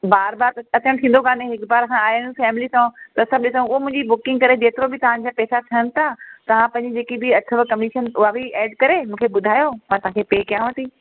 बार बार त टाइम थींदो कोन्हे हिकु बार असां आया आहियूं फैमिली सां त सभु ॾिसूं उहो मुंहिंजी फैमिली सां बुकिंग करे जेतिरो बि तहांजा पेसा ठहनि था तव्हां पंहिंजी जेकी बि अथव कमीशन उहा बि एड करे मूंखे ॿुधायो मां तव्हांखे पे कयांव ती